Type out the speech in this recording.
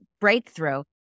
breakthrough